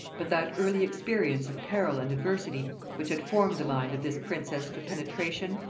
but that early experience of peril and adversity which had formed the mind of this princess to penetration,